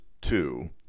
two